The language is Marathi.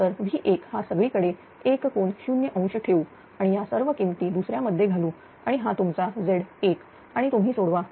तर V1 हा सगळीकडे 1∠0° ठेवू आणि या सर्व किमती दुसऱ्या मध्ये घालू आणि हा तुमचा Z1 आणि तुम्ही सोडवा